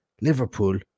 Liverpool